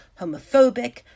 homophobic